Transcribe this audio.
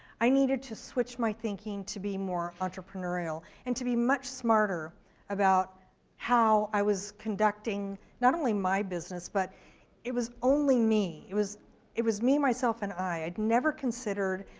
i needed to switch my thinking to be more entrepreneurial. and to be much smarter about how i was conducting, not only my business, but it was only me. it was it was me, myself, and i. i'd never considered,